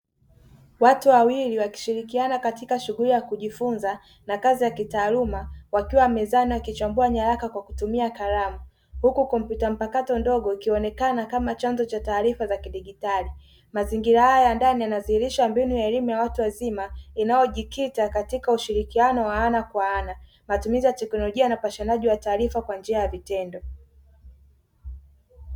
Watu wawili wakishirikiana katika shughuli ya kujifunza na kazi ya kitaaluma wakiwa mezani wakichambua nyaraka kwa kutumia kalamu, huku kompyuta mpakato ndogo ikionekana kama chanzo cha taarifa za kidigitali, mazingira haya ya ndani yanadhihirisha mbinu ya elimu ya watu wazima inayojikita katika ushirikiano wa ana kwa ana matumizi ya teknolojia na upashanaji wa taarifa kwa njia ya vitendo.